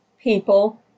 people